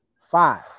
Five